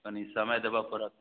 कनी समय देबऽ पड़त